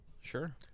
Sure